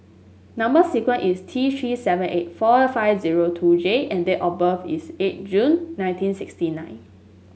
number sequence is T Three seven eight four five zero two J and date of birth is eight June nineteen sixty nine